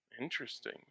Interesting